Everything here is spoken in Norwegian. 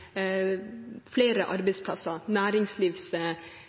flere arbeidsplasser